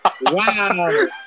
Wow